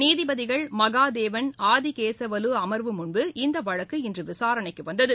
நீதிபதிகள் மகாதேவன் ஆதிகேசவலு அமர்வு முன்பு இந்த வழக்கு இன்று விசாரணைக்கு வந்தது